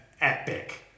epic